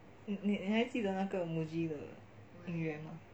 你还记得那个 Muji 的语言吗